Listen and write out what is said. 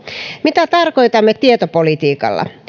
mitä tarkoitamme tietopolitiikalla